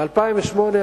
ב-2008,